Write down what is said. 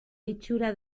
itxura